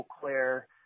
claire